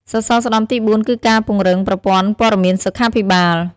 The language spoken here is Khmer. សសរស្តម្ភទី៤គឺការពង្រឹងប្រព័ន្ធព័ត៌មានសុខាភិបាល។